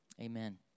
Amen